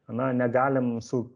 na negalim su